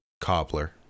cobbler